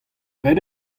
pet